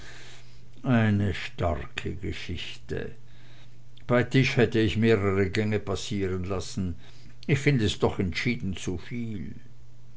eine starke geschichte bei tisch hätt ich mehrere gänge passieren lassen ich find es doch entschieden zuviel